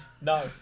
no